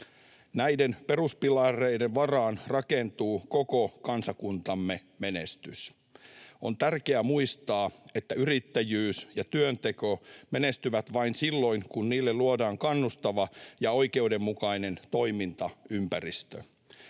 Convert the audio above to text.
Näiden peruspilareiden varaan rakentuu koko kansakuntamme menestys. On tärkeää muistaa, että yrittäjyys ja työnteko menestyvät vain silloin, kun niille luodaan kannustava ja oikeudenmukainen toimintaympäristö.